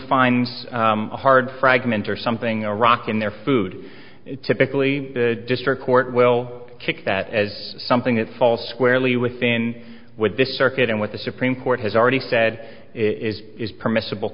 finds a hard fragment or something a rock in their food typically district court will kick that as something that falls squarely within with this circuit and what the supreme court has already said is is permissible